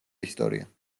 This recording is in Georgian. ისტორია